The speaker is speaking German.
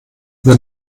wir